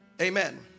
Amen